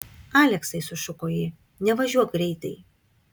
aleksai sušuko ji nevažiuok greitai